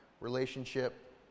relationship